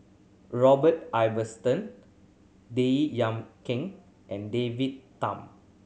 Robert Ibbetson Baey Yam Keng and David Tham